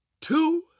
two